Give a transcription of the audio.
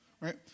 right